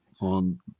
on